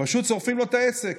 פשוט שורפים לו את העסק,